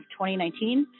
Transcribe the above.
2019